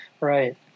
Right